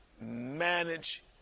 manage